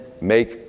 make